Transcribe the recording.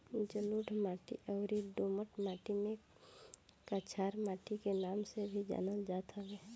जलोढ़ माटी अउरी दोमट माटी के कछार माटी के नाम से भी जानल जात हवे